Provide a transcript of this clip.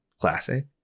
classic